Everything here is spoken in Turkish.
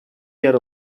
yer